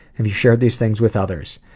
have you shared these things with others?